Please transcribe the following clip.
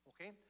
Okay